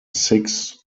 sixth